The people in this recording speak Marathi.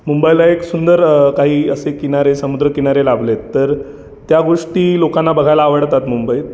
मुंबईला एक सुंदर काही असे किनारे समुद्रकिनारे लाभलेत तर त्या गोष्टी लोकांना बघायला आवडतात मुंबईत